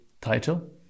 title